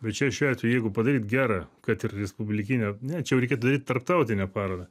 bet čia šiuo atveju jeigu padaryt gerą kad ir respublikinę ne čia jau reikėtų daryt tarptautinę parodą